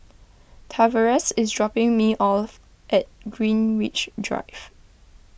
Tavares is dropping me off at Greenwich Drive